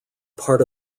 part